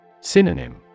Synonym